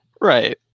Right